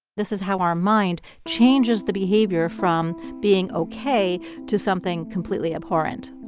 this is how our mind changes the behavior from being ok to something completely abhorrent